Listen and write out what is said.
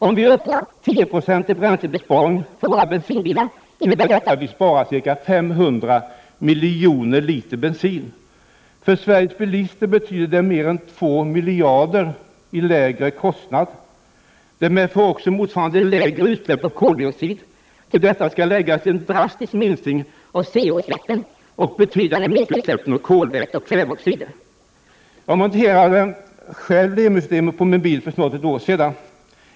Om vi uppnår 10 96 bränslebesparing för våra bensinbilar, innebär det att vi sparar ca 500 miljoner liter bensin. För Sveriges bilister betyder detta mer än 2 miljarder kronor i lägre kostnader. Det medför också motsvarande lägre utsläpp av koldioxid. Till detta skall läggas en drastisk minskning av koloxidutsläppen och betydande minskningar av utsläppen av kolväten och kväveoxider. Jag monterade själv Lemi-system på min bil för snart ett år sedan.